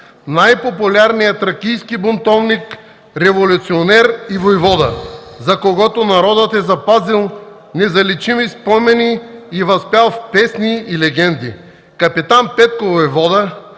най-популярният тракийски бунтовник, революционер и войвода, за когото народът е запазил незаличими спомени и възпял в песни и легенди. Капитан Петко войвода